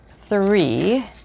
three